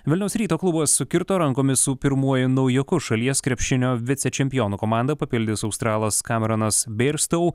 vilniaus ryto klubas sukirto rankomis su pirmuoju naujoku šalies krepšinio vicečempionų komandą papildys australas kameronas birstau